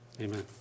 Amen